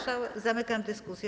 Zamykam dyskusję.